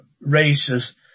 races